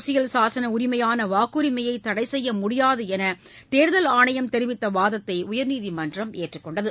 அரசியல் சாசன உரிமையான வாக்குரிமையை தடை செய்ய முடியாது என தேர்தல் ஆணையம் தெரிவித்த வாதத்தை உயர்நீதிமன்றம் ஏற்றுக்கொண்டது